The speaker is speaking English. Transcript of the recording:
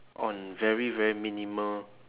on very very minimal